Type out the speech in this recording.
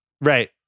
Right